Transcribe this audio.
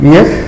Yes